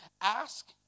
ask